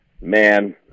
Man